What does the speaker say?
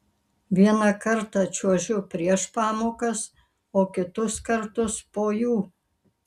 vieną kartą čiuožiu prieš pamokas o kitus kartus po jų